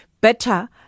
better